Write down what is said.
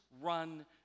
run